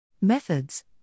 Methods